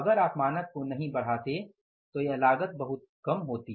अगर आप मानक को नहीं बढ़ाते तो यह लागत बहुत कम होती